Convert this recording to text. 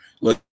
look